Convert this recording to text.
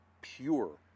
pure